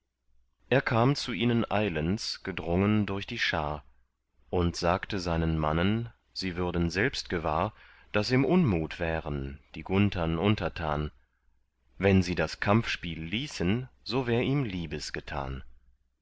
er kam zu ihnen eilends gedrungen durch die schar und sagte seinen mannen sie würden selbst gewahr daß im unmut wären die gunthern untertan wenn sie das kampfspiel ließen so wär ihm